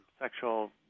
sexual